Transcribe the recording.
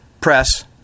press